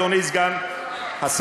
אדוני סגן השר.